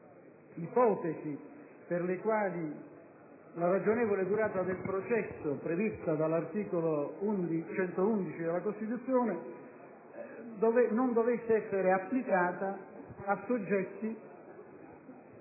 ipotesi per le quali la ragionevole durata del processo, prevista dall'articolo 111 della Costituzione, non dovesse essere applicata a soggetti